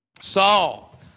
Saul